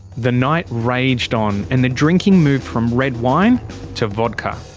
the night raged on. and the drinking moved from red wine to vodka.